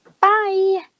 Bye